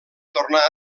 tornar